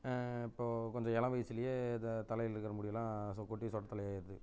இப்போது கொஞ்சம் இளம் வயசுலேயே த தலையில் இருக்கிற முடியெல்லாம் ஸோ கொட்டி சொட்டை தலையாக ஆகிற்து